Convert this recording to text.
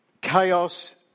chaos